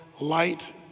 light